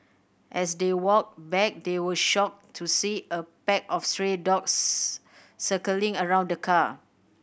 as they walked back they were shocked to see a pack of stray dogs circling around the car